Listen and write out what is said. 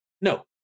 no